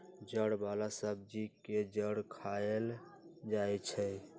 जड़ वाला सब्जी के जड़ खाएल जाई छई